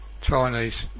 Chinese